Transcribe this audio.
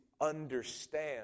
understand